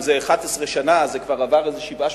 אם זה 11 שנה אז זה עבר כבר איזה שבעה,